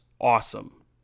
awesome